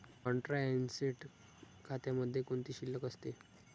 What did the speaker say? Contra asset खात्यामध्ये कोणती शिल्लक असते?